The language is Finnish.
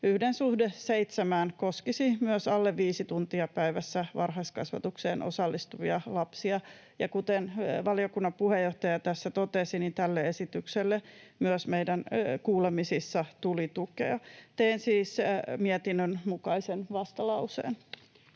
että suhdeluku 1:7 koskisi myös alle viisi tuntia päivässä varhaiskasvatukseen osallistuvia lapsia. Ja kuten valiokunnan puheenjohtaja tässä totesi, tälle esitykselle myös meidän kuulemisissa tuli tukea. Teen siis mietinnön mukaisen vastalauseen.